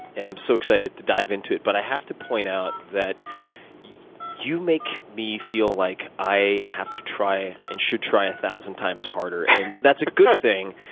and i'm so excited to dive into it, but i have to point out that you you make me feel like i have to try, and should try, a thousand times harder. and that's a good thing.